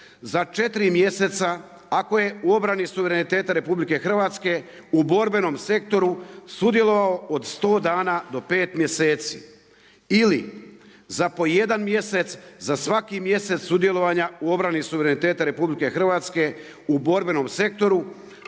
za četiri mjeseca ako je u obrani suvereniteta RH u borbenom sektoru sudjelovao od 100 dana do pet mjeseci ili za pojedan mjesec za svaki mjesec sudjelovanja u obrani suvereniteta RH u borbenom sektoru